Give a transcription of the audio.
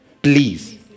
Please